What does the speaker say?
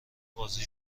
بازی